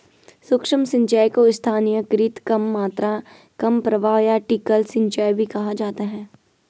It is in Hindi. सूक्ष्म सिंचाई को स्थानीयकृत कम मात्रा कम प्रवाह या ट्रिकल सिंचाई भी कहा जाता है